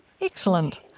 Excellent